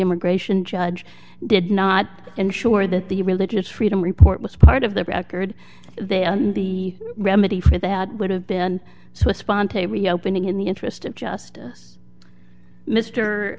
immigration judge did not ensure that the religious freedom report was part of the record they are the remedy for that would have been spontaneous opening in the interest of justice mr ster